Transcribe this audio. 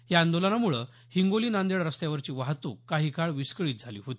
या आंदोलनामुळे हिंगोली नांदेड रस्त्यावरची वाहतूक काही काळ विस्कळीत झाली होती